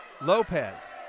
Lopez